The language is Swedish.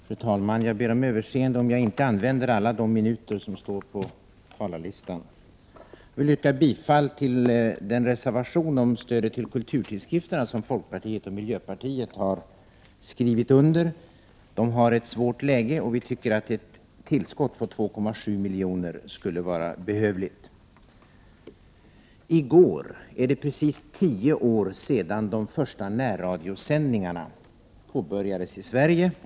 Fru talman! Jag ber om överseende om jag inte använder alla de minuter som jag har antecknat på talarlistan. Jag vill yrka bifall till den reservation om stödet till kulturtidskrifterna som folkpartiet och miljöpartiet har skrivit under. De har ett svårt läge, och vi tycker att ett tillskott på 2,7 miljoner skulle vara behövligt. I går var det precis tio år sedan de första närradiosändningarna påbörjades i Sverige.